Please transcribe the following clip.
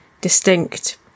distinct